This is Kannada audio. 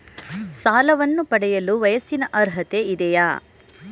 ಸಾಲವನ್ನು ಪಡೆಯಲು ವಯಸ್ಸಿನ ಅರ್ಹತೆ ಇದೆಯಾ?